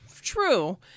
true